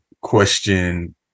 question